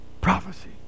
Prophecy